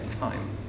time